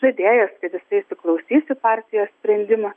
žadėjęs kad jisai įsiklausys į partijos sprendimą